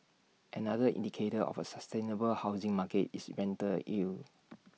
another indicator of A sustainable housing market is rental yield